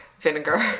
vinegar